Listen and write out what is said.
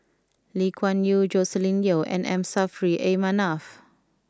Lee Kuan Yew Joscelin Yeo and M Saffri A Manaf